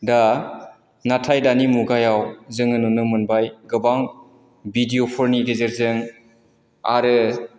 दा नाथाय दानि मुगायाव जोङो नुनो मोनबाय गोबां भिडिय'फोरनि गेजेरजों आरो